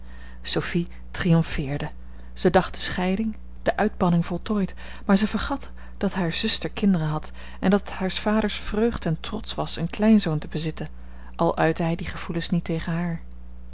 sophie triomfeerde zij dacht de scheiding de uitbanning voltooid maar zij vergat dat hare zuster kinderen had en dat het haars vaders vreugd en trots was een kleinzoon te bezitten al uitte hij die gevoelens niet tegen haar